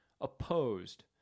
opposed